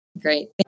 Great